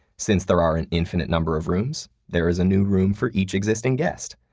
since there are an infinite number of rooms, there is a new room for each existing guest.